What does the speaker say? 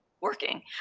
working